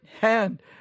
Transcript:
hand